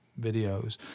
videos